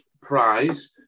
prize